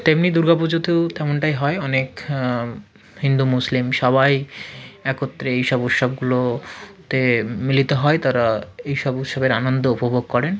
তেমনি দুর্গা পুজোতেও তেমনটাই হয় অনেক হিন্দু মুসলিম সবাই একত্রে এইসব উৎসবগুলো তে মিলিত হয় তারা এইসব উৎসবের আনন্দ উপভোগ করেন